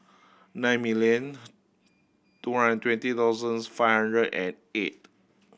nine million two hundred twenty thousands five hundred and eight